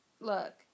look